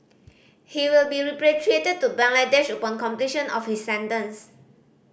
he will be repatriated to Bangladesh upon completion of his sentence